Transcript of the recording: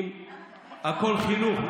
הכול חינוך,